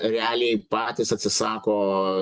realiai patys atsisako